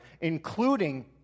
including